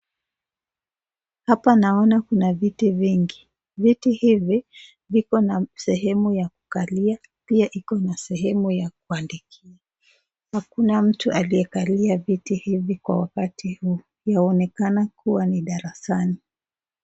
Hapa naona kuna vitu vingi. Viti hivi vikona sehemu ya kukalia pia ikona sehemu ya kuandikia. Hakuna mtu aliyekalia viti hivi kwa wakati huu, yaonekana kuwa ni darasani.